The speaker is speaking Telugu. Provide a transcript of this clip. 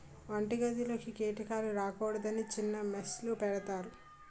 వంటగదిలోకి కీటకాలు రాకూడదని చిన్న మెష్ లు పెడతారు